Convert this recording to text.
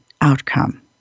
outcome